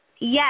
Yes